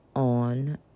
On